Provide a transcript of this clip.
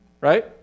right